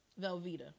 Velveeta